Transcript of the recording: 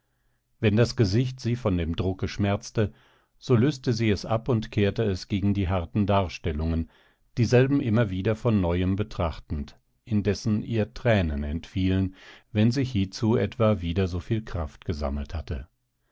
wenn das gesicht sie von dem drucke schmerzte so löste sie es ab und kehrte es gegen die harten darstellungen dieselben immer wieder von neuem betrachtend indessen ihr tränen entfielen wenn sich hiezu etwa wieder so viel kraft gesammelt hatte